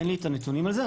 אין לי את הנתונים על זה,